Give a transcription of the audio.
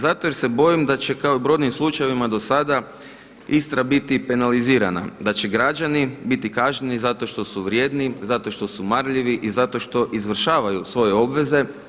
Zato jer se bojim da će kao i u brojnim slučajevima do sada Istra biti penalizirana, da će građani biti kažnjeni zato što su vrijedni, zato što marljivi i zato što izvršavaju svoje obveze.